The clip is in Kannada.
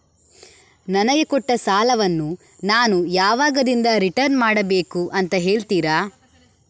ನನಗೆ ಕೊಟ್ಟ ಸಾಲವನ್ನು ನಾನು ಯಾವಾಗದಿಂದ ರಿಟರ್ನ್ ಮಾಡಬೇಕು ಅಂತ ಹೇಳ್ತೀರಾ?